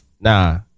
nah